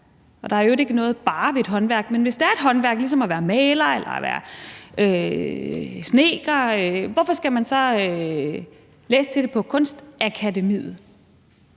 er i øvrigt ikke noget »bare« ved et håndværk, men hvis det er håndværk ligesom at være maler eller at være snedker, hvorfor skal man så læse til det på Kunstakademiet?